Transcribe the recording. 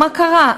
מה קרה?